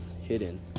hidden